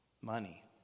Money